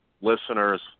listeners